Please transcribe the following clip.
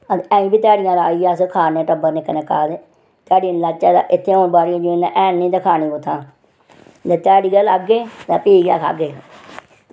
अजें बी ध्याड़ियां लाइयै खन्ने अस टब्बर निक्का निक्का ध्याड़ी निं लाह्चै ते इत्थै हून बाड़ी जमीनां हैन निं खाह्चै कुत्थां जे ध्याड़ी गै लाह्गे ते प्ही गै खाह्गे